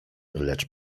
lecz